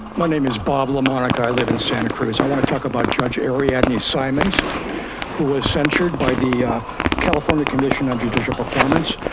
my name is bob lamonica, i live in santa cruz. i wanna talk about judge ariadne symons who was censured by the california commission on judicial performance.